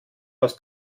aus